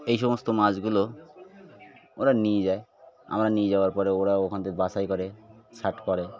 এই সমস্ত মাছগুলো ওরা নিয়ে যায় আমরা নিয়ে যাওয়ার পরে ওরা ওখান থেকে বাছাই করে ছাট করে